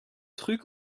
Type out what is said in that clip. trucs